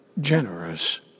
Generous